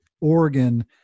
Oregon